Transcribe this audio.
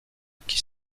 qui